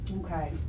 okay